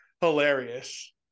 hilarious